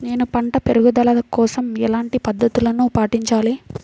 నేను పంట పెరుగుదల కోసం ఎలాంటి పద్దతులను పాటించాలి?